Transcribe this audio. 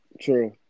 true